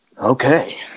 Okay